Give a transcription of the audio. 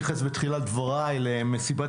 אני רוצה להתייחס בתחילת דבריי למסיבת